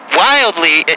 wildly